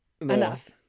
Enough